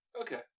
Okay